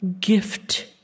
gift